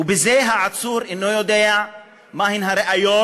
ובזה העצור אינו יודע מה הן הראיות